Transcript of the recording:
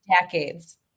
decades